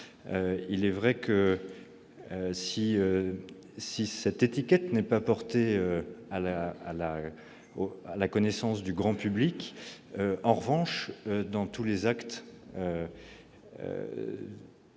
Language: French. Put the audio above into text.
Il est vrai que, si cette étiquette n'est pas portée à la connaissance du grand public, elle figure en revanche dans tous les actes